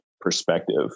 perspective